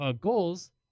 goals